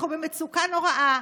אנחנו במצוקה נוראה.